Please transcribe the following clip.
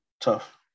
tough